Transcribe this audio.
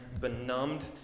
benumbed